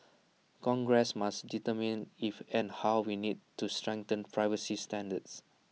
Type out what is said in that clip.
congress must determine if and how we need to strengthen privacy standards